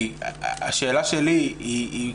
השאלה שלי היא,